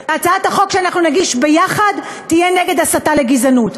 והצעת החוק שאנחנו נגיש יחד תהיה נגד הסתה לגזענות.